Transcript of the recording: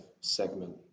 segment